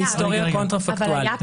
זו היסטוריה קונטרה פקטואלית,